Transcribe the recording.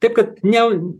taip kad ne